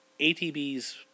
ATB's